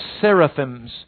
seraphims